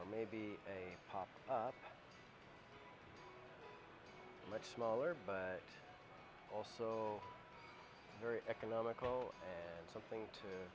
or maybe a pop much smaller but also very economical and something to